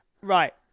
Right